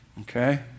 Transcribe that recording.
Okay